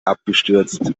abgestürzt